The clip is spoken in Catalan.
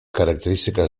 característica